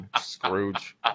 Scrooge